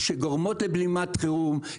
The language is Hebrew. שגורמות לבלימת חירום,